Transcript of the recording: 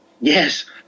Yes